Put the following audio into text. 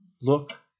look